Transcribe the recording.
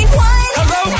hello